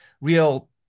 real